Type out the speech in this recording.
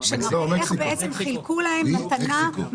מנסה להפחית תחלואה ותמותה,